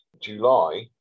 July